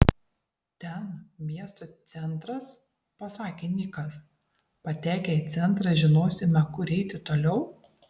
ten miesto centras pasakė nikas patekę į centrą žinosime kur eiti toliau